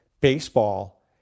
Baseball